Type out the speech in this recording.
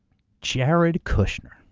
jared kushner,